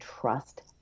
trust